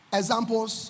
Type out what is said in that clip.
examples